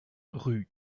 rue